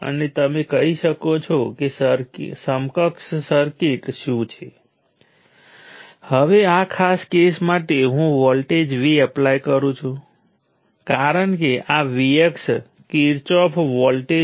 તેથી હવે તમે જાણો છો કે આ N કરંન્ટસનો સરવાળો 0 હોવો જોઈએ આ એટલા માટે છે કારણ કે કોઈપણ નજીકની સપાટી ઉપર જતા કરંન્ટસનો સરવાળો 0 હોવો જોઈએ